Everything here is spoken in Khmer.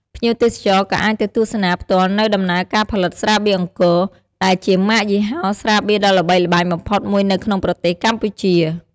ភ្ញៀវទេសចរណ៍ក៏អាចទៅទស្សនាផ្ទាល់នូវដំណើរការផលិតស្រាបៀរអង្គរ ដែលជាម៉ាកយីហោស្រាបៀរដ៏ល្បីល្បាញបំផុតមួយនៅក្នុងប្រទេសកម្ពុជា។